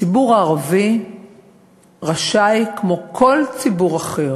הציבור הערבי רשאי, כמו כל ציבור אחר,